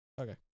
Okay